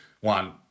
one